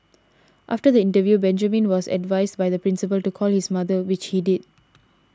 after the interview Benjamin was advised by the Principal to call his mother which he did